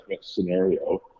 scenario